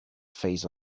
phase